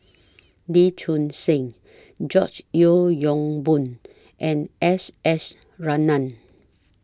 Lee Choon Seng George Yeo Yong Boon and S S Ratnam